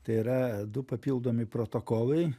tai yra du papildomi protokolai